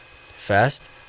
fast